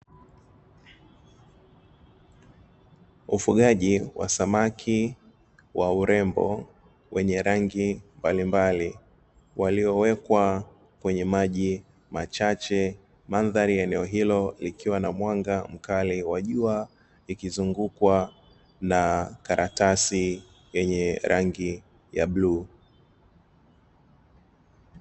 Ufugaji wa samaki wa urembo wenye rangi mbalimbali, waliowekwa kwenye maji machache. Mandhari ya eneo hilo likiwa na mwanga mkali wa jua ikizungukwa na karatasi yenye rangi ya bluu.